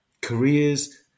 careers